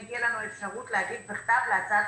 האם תהיה לנו אפשרות להגיב בכתב להצעת